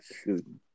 student